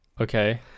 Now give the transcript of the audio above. Okay